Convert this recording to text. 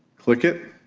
click it